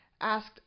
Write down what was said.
asked